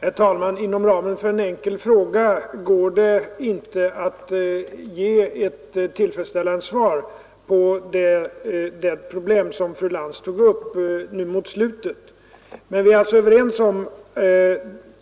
Herr talman! Inom ramen för en enkel fråga går det inte att ge ett tillfredsställande svar på det problem som fru Lantz tog upp nu mot slutet. Vi är överens om